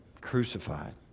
crucified